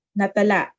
natala